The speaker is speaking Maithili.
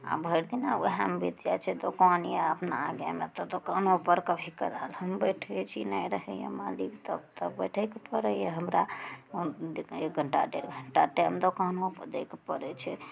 आओर भरि दिना वएहेमे बीत जाइ छै तऽ या अपना आगेमे दोकानोपर कभी कदाल हम बैठय छी नहि रहइए मालिक तब तऽ बैठयके पड़इए हमरा हम एक घण्टा डेढ़ घण्टा टाइम दोकानोपर दैके पड़ै छै